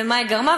ומה היא גרמה,